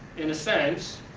in a sense,